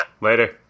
Later